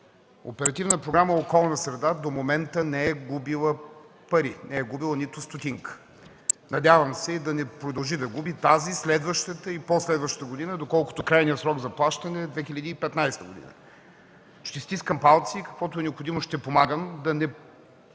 Оперативна програма „Околна среда” до момента не е губила пари, не е губила нито стотинка. Надявам се да не продължи да губи тази, следващата и по-следващата година, доколкото крайният срок за плащанията е 2015 г. Ще стискам палци и каквото е необходимо, ще помагам, за да